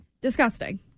Disgusting